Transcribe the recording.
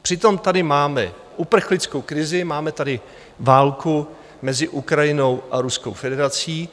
Přitom tady máme uprchlickou krizi, máme tady válku mezi Ukrajinou a Ruskou federací.